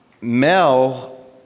Mel